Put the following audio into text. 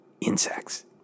insects